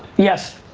yes.